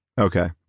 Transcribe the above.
Okay